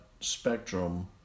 spectrum